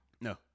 No